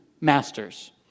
masters